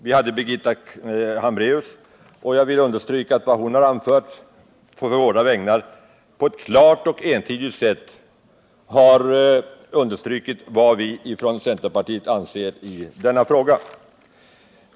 Vi hade Birgitta Hambraeus, och jag vill understryka att vad hon på våra vägnar har anfört på ett klart entydigt sätt uttrycker vad vi från centerpartiet anser i denna fråga.